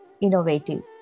innovative